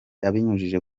abinyujije